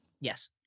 Yes